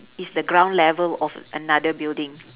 it's the ground level of another building